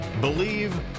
believe